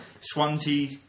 Swansea